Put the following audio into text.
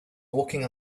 walking